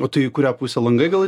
o tai į kurią pusę langai gal